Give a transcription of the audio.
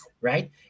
right